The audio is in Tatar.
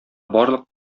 барлык